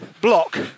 block